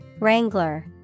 Wrangler